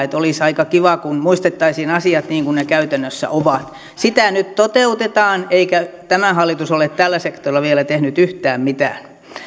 olisi aika kiva kun muistettaisiin asiat niin kuin ne käytännössä ovat sitä nyt toteutetaan eikä tämä hallitus ole tällä sektorilla vielä tehnyt yhtään mitään